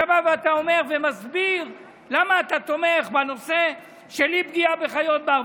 אתה בא ואומר ומסביר למה אתה תומך בנושא של אי-פגיעה בחיות בר,